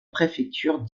préfecture